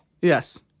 yes